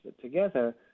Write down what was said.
together